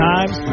Times